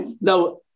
Now